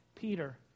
Peter